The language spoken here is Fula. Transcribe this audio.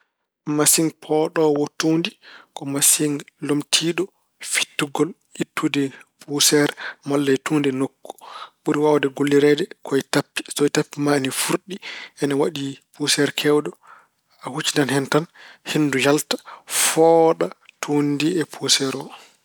Masiŋ poɗoowo tuundi ko masiŋ lomtiiɗo fittugol, ittude puuseer, e tuundi e nokku. Ɓuri waawde gollireede ko e tappi. So tawi tappi ma ene fuurɗi, ene waɗi puuseer keewɗo, a huccinan hen tan, henndu yalta fooɗa tuundi ndi e puuseer o.